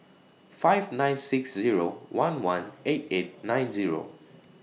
five nine six Zero one one eight eight nine Zero